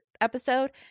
episode